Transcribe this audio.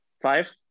Five